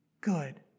good